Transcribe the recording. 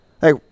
Hey